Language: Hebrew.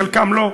חלקם לא.